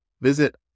Visit